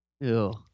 Ew